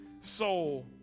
soul